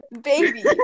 Baby